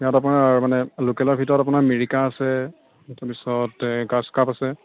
ইয়াত আপোনাৰ মানে লোকেলৰ ভিতৰত আপোনাৰ মিৰিকা আছে তাৰপিছত এই গ্ৰাছ কাৰ্প আছে